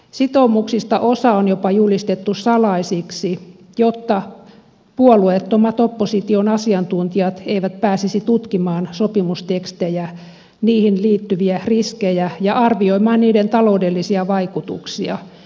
sitoumuksista osa on jopa julistettu salaisiksi jotta puolueettomat opposition asiantuntijat eivät pääsisi tutkimaan sopimustekstejä niihin liittyviä riskejä ja arvioimaan niiden taloudellisia vaikutuksia